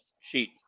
sheet